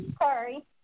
sorry